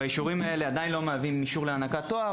כשהאישור הזה עוד לא מהווה אישור להענקת תואר.